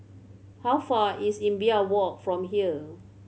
how far is Imbiah Walk from here